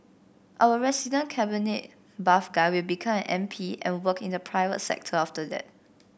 our resident cabinet buff guy will become an M P and work in the private sector after that